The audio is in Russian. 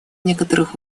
некоторых